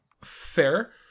Fair